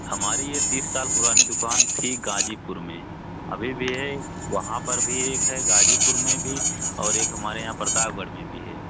हमारी यह तीस साल पुरानी दुक़ान थी गाज़ीपुर में अभी भी है वहाँ पर भी है एक गाज़ीपुर में भी और एक हमारे यहाँ प्रतापगढ़ में भी है